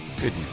good